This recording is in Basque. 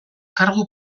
kargu